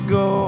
go